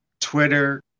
Twitter